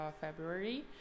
February